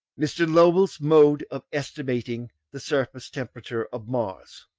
mr. lowell's mode of estimating the surface-temperature of mars.